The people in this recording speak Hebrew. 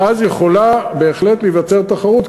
ואז יכולה בהחלט להיווצר תחרות.